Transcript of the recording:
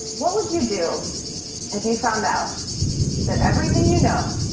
what would you do if you found out that everything you know,